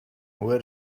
where